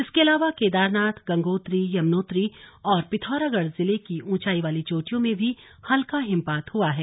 इसके अलावा केदारनाथ गंगोत्री यमुनोत्री और पिथौरागढ़ जिले की ऊचांई वाली चोटियों में भी हल्का हिमपात हुआ है